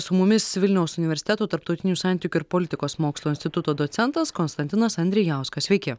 su mumis vilniaus universiteto tarptautinių santykių ir politikos mokslų instituto docentas konstantinas andrijauskas sveiki